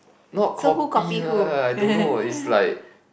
not copy lah I don't know is like